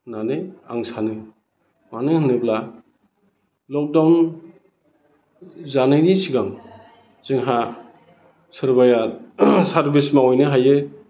होननानै आं सानो मानो होनोब्ला लकडाउन जानायनि सिगां जोंहा सोरबाया सारभिस मावहैनो हायो